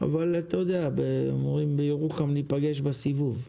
אבל אתה יודע, אומרים בירוחם נפגש בסיבוב,